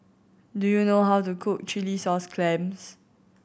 do you know how to cook chilli sauce clams